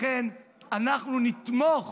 לכן אנחנו נתמוך